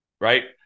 right